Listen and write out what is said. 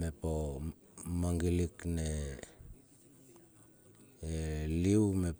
Mep o mangilik ne liu, mep